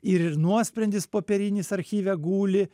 ir nuosprendis popierinis archyve guli